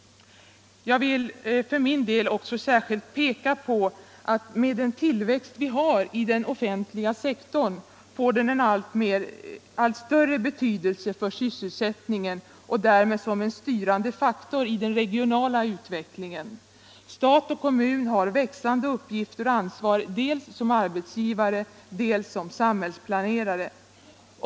Jag vill för min del också särskilt peka på att med den tillväxt vi har i den offentliga sektorn får den allt större betydelse för sysselsättningen och därmed som en styrande faktor i den regionala utvecklingen. Stat och kommun har växande uppgifter och ansvar dels som arbetsgivare, dels som samhällsplanerare.